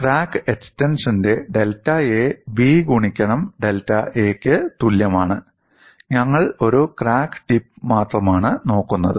crack എക്സ്റ്റൻഷന്റെ delta A "B ഗുണിക്കണം delta A" ക്ക് തുല്യമാണ് ഞങ്ങൾ ഒരു ക്രാക്ക് ടിപ്പ് മാത്രമാണ് നോക്കുന്നത്